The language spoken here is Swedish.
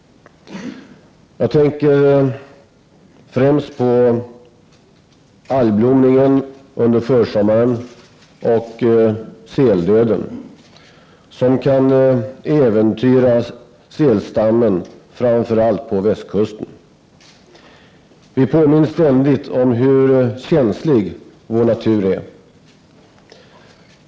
Jag tänker främst på algblomningen under försommaren och säldöden, som kan äventyra sälstammen framför allt på västkusten. Vi påminns ständigt om hur känslig vår natur är.